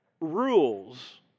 rules